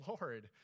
Lord